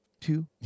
two